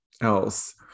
else